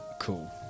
Cool